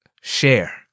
share